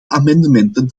amendementen